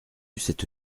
cette